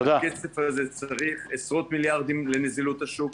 הכסף הזה צריך עשרות מיליארדים לנזילות השוק.